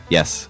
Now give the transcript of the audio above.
Yes